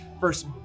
first